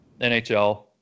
nhl